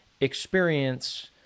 experience